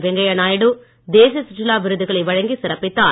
வெங்கையாநாயுடு தேசிய சுற்றுலா விருதுகளை வழங்கி சிறப்பித்தார்